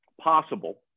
possible